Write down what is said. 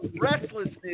restlessness